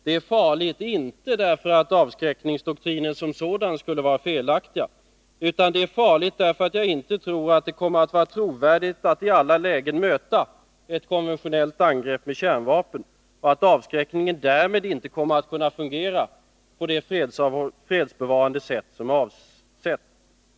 Det är farligt inte därför att avskräckningsdoktrinen som sådan skulle vara felaktig, utan därför att det, som jag tror, inte kommer att vara trovärdigt att i alla lägen möta ett konventionellt angrepp med kärnvapen och att avskräckningen därmed inte kommer att kunna fungera på det fredsbevarande sätt som är avsett.